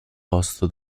posto